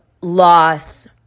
loss